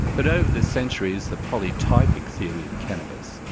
but over the centuries the polytypic theory of cannabis,